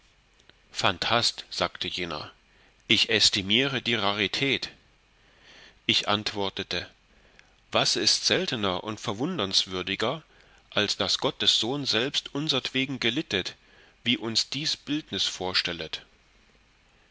phantast sagte jener ich ästimiere die rarität ich antwortete was ist seltener und verwundernswürdiger als daß gottes sohn selbst unsertwegen gelitten wie uns dies bildnis vorstellet